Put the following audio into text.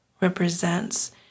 represents